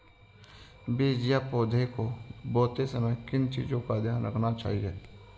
बीज या पौधे को बोते समय किन चीज़ों का ध्यान रखना चाहिए?